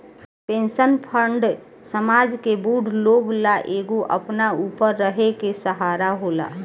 pension fund समाज के बूढ़ लोग ला एगो अपना ऊपर रहे के सहारा होला